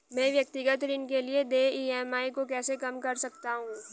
मैं व्यक्तिगत ऋण के लिए देय ई.एम.आई को कैसे कम कर सकता हूँ?